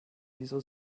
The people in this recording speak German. wieso